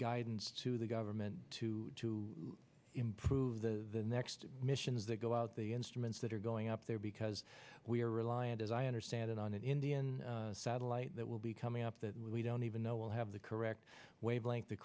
guidance to the government to improve the next missions that go out the instruments that are going up there because we are reliant as i understand it on an indian satellite that will be coming up that we don't even know will have the correct wavelength the